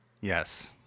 Yes